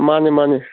ꯃꯥꯅꯦ ꯃꯥꯅꯦ